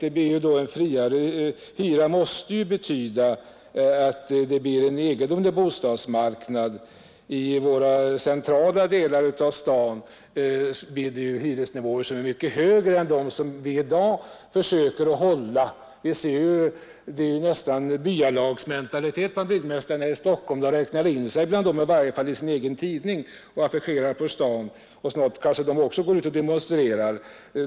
En friare hyra måste ju betyda att vi får en mycket egendomlig bostadsmarknad. I stadens centrala delar blir hyresnivån mycket högre än den som vi i dag försöker hålla. Bland byggmästarna i Stockholm råder det ju i dag nära nog byalagsmentalitet. I varje fall räknar de i sin tidning in sig bland byalagen, och de affischerar ute på stan. Kanske går de också ut och demonstrerar.